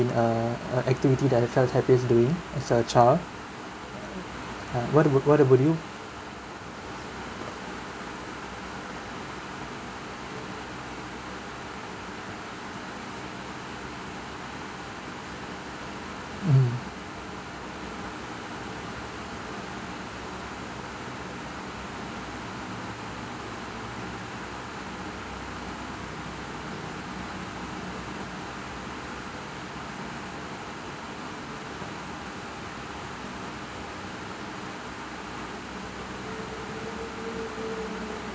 a a activity that I felt happiest doing as a child uh what about what about you mm